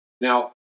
Now